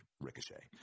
Ricochet